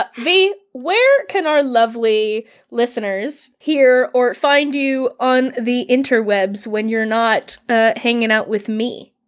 but v, where can our lovely listeners hear or find you on the interwebs when you're not ah hanging out with me?